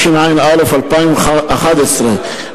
התשע"א 2011,